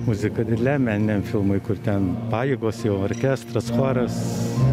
muzika dideliam meniniam filmui kur ten pajėgos orkestras choras